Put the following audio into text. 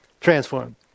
Transform